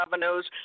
revenues